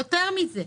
יותר מזה,